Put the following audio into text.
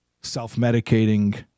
Self-medicating